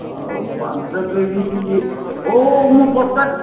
ଆଉ ପାଞ୍ଚ କେଜି ହଉ ମୁଁ ପଚାରେ